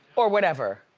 or whatever?